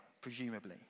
presumably